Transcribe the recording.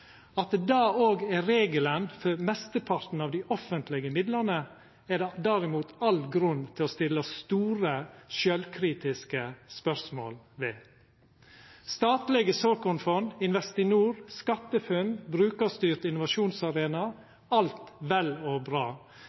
At dette òg er regelen for mesteparten av dei offentlege midlane, er det derimot all grunn til å stilla store, sjølvkritiske spørsmål ved. Statlege såkornfond, Investinor, SkatteFUNN og Brukarstyrt innovasjonsarena er alt saman vel og bra,